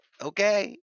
okay